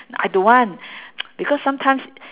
I don't want because sometimes